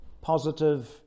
positive